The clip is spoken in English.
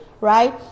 right